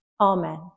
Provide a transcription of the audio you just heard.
amen